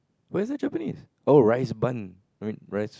why is it Japanese oh rice bun I mean rice